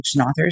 authors